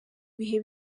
bihe